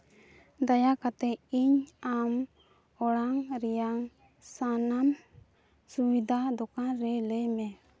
ᱫᱟᱭᱟ ᱠᱟᱛᱮᱫ ᱤᱧ ᱟᱢ ᱚᱲᱟᱜ ᱨᱮᱭᱟᱜ ᱥᱟᱱᱟᱢ ᱥᱩᱵᱤᱫᱷᱟ ᱫᱚᱠᱟᱱ ᱨᱮ ᱞᱟᱹᱭ ᱢᱮ